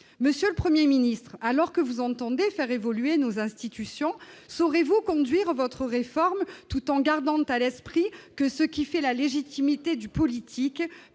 Monsieur le Premier ministre, alors que vous entendez faire évoluer nos institutions, saurez-vous conduire votre réforme tout en gardant à l'esprit que la légitimité du politique